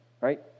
right